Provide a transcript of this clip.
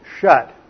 shut